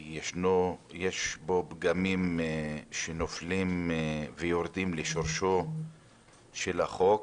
ויש בו פגמים שיורדים לשורשו של החוק.